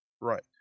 Right